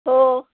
हो